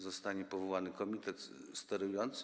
Zostanie powołany komitet sterujący.